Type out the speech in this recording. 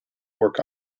work